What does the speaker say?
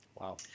Wow